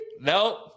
Nope